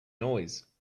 noise